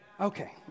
Okay